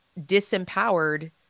disempowered